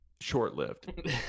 short-lived